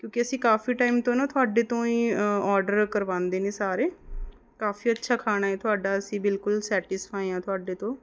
ਕਿਉਂਕਿ ਅਸੀਂ ਕਾਫੀ ਟਾਈਮ ਤੋਂ ਨਾ ਤੁਹਾਡੇ ਤੋਂ ਹੀ ਔਡਰ ਕਰਵਾਉਂਦੇ ਨੇ ਸਾਰੇ ਕਾਫੀ ਅੱਛਾ ਖਾਣਾ ਹੈ ਤੁਹਾਡਾ ਅਸੀਂ ਬਿਲਕੁਲ ਸੈਟਿਸਫਾਈ ਹਾਂ ਤੁਹਾਡੇ ਤੋਂ